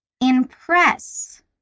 impress